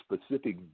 specific